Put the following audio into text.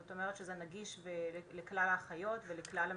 זאת אומרת שזה נגיש לכלל האחיות ולכלל המטפלים.